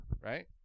right